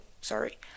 sorry